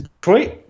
Detroit